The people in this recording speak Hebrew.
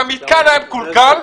המתקן היה מקולקל,